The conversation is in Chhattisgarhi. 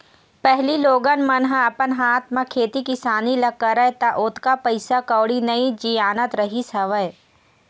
पहिली लोगन मन ह अपन हाथ म खेती किसानी ल करय त ओतका पइसा कउड़ी नइ जियानत रहिस हवय